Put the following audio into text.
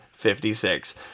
56